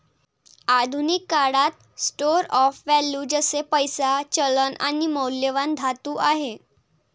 आधुनिक काळात store of value जसे पैसा, चलन आणि मौल्यवान धातू आहे